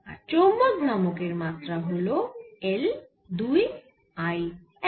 আর চৌম্বক ভ্রামকের মাত্রা হল L দুই I এক